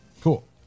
Cool